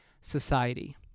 society